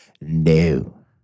no